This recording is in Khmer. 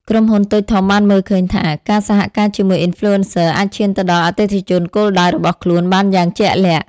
ក្រុមហ៊ុនតូចធំបានមើលឃើញថា ការសហការជាមួយ Influencer អាចឈានទៅដល់អតិថិជនគោលដៅរបស់ខ្លួនបានយ៉ាងជាក់លាក់។